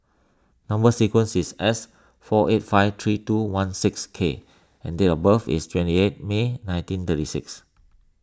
Number Sequence is S four eight five three two one six K and date of birth is twenty eight May nineteen thirty six